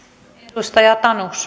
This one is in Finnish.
arvoisa rouva